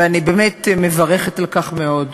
ואני באמת מברכת על כך מאוד,